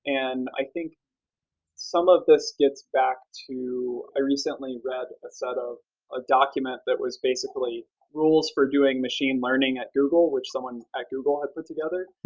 and i think some of this gets back to i recently read a set of a document that was basically rules for doing machine learning at google, which someone at google had put together.